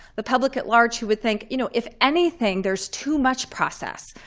the public at large who would think, you know if anything, there's too much process.